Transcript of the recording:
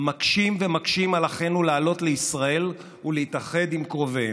מקשים ומקשים על אחינו לעלות לישראל ולהתאחד עם קרוביהם.